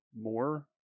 more